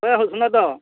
ହଏ ହୋ ଶୁନତ